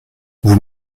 vous